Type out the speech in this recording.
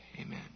Amen